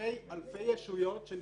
בהקשר הזה מי